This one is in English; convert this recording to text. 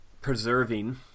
preserving